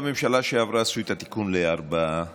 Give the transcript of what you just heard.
בממשלה שעברה עשו את התיקון לארבעה,